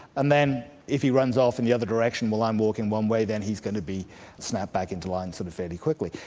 and then if he runs off in the other direction well i'm walking one way, then he's going to be snapped back into sort of fairly quickly.